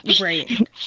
right